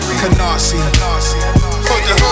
Canarsie